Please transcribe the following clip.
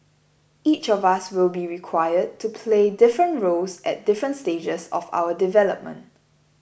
each of us will be required to play different roles at different stages of our development